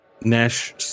Nash